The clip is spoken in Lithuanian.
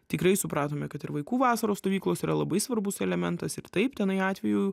tikrai supratome kad ir vaikų vasaros stovyklos yra labai svarbus elementas ir taip tenai atvejų